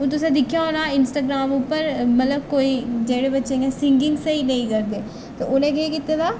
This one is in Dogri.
हून तुसें दिक्खेआ होना इंस्टाग्राम उप्पर मतलब कोई जेह्ड़े इ'यां बच्चे सिंगिंग स्हेई नेईं करदे ते उ'नें केह् कीते दा